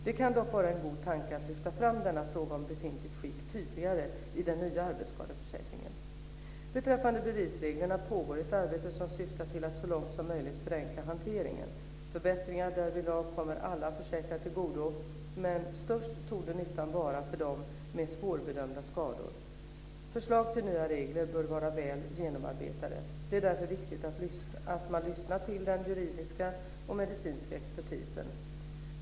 Det kan dock vara en god tanke att lyfta fram denna fråga om befintligt skick tydligare i den nya arbetsskadeförsäkringen. Beträffande bevisreglerna pågår ett arbete som syftar till att så långt som möjligt förenkla hanteringen. Förbättringar därvidlag kommer alla försäkrade till godo, men störst torde nyttan vara för dem med svårbedömda skador. Förslag till nya regler bör vara väl genomarbetade. Det är därför viktigt att man lyssnar till den juridiska och medicinska expertisen.